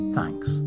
Thanks